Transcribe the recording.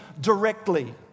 directly